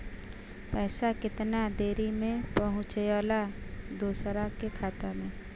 पैसा कितना देरी मे पहुंचयला दोसरा के खाता मे?